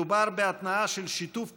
מדובר בהתנעה של שיתוף פעולה,